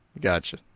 Gotcha